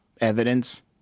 evidence